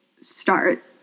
start